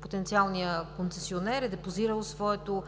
потенциалният концесионер е депозирал своето